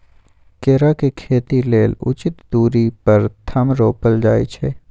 केरा के खेती लेल उचित दुरी पर थम रोपल जाइ छै